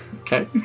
Okay